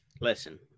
listen